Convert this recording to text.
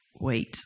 Wait